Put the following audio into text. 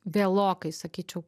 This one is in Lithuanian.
vėlokai sakyčiau